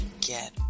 Get